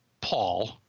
Paul